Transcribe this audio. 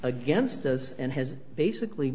against as and has basically